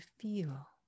feel